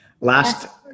Last